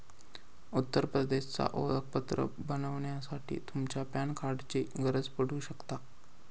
उत्तर प्रदेशचा ओळखपत्र बनवच्यासाठी तुमच्या पॅन कार्डाची गरज पडू शकता